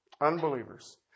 Unbelievers